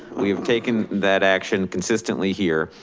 we've taken that action consistently here.